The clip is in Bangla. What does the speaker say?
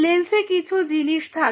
লেন্সে কিছু জিনিস থাকে